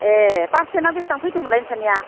ए पारासेन्टआ बेसेबां फैदोंमोनलाय नोंसोरनिया